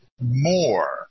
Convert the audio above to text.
more